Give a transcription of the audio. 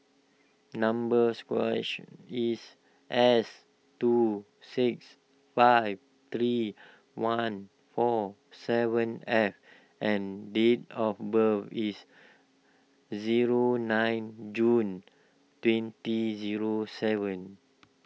number squashy is S two six five three one four seven F and date of birth is zero nine June twenty zero seven